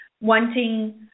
wanting